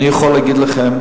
אני יכול להגיד לכם,